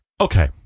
Okay